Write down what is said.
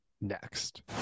next